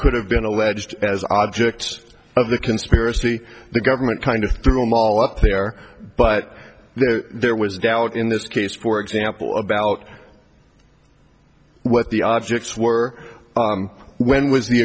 could have been alleged as objects of the conspiracy the government kind of threw them all up there but then there was doubt in this case for example about what the objects were when was the